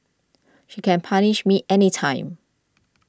she can punish me anytime